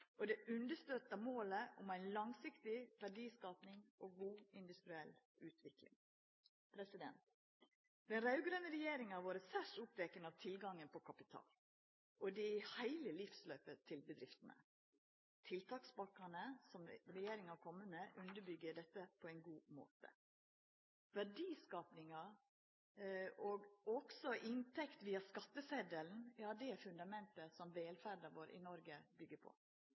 og det støttar målet om ei langsiktig verdiskaping og ei god industriell utvikling. Den raud-grøne regjeringa har vore særs oppteken av tilgangen på kapital – og det i heile livsløpet til bedriftene. Tiltakspakkane som regjeringa har kome med, underbyggjer dette på ein god måte. Verdiskapinga og inntekt via skattesetelen er det fundamentet som velferda i Noreg byggjer på.